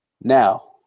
Now